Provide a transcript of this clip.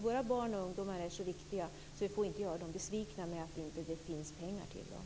Våra barn och ungdomar är så viktiga, så vi får inte göra dem besvikna med att det inte finns pengar till dem.